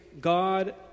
God